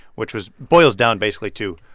which was boils down, basically, to,